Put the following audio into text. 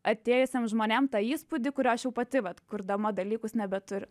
atėjusiem žmonėm tą įspūdį kurio aš jau pati vat kurdama dalykus nebeturiu